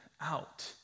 out